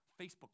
facebook